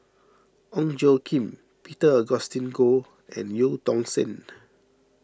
Ong Tjoe Kim Peter Augustine Goh and Eu Tong Sen